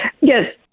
Yes